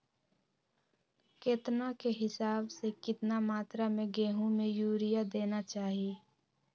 केतना के हिसाब से, कितना मात्रा में गेहूं में यूरिया देना चाही?